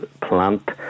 plant